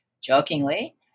jokingly